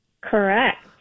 Correct